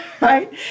right